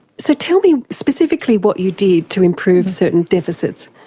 so tell me specifically what you did to improve certain deficits?